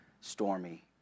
stormy